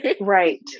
Right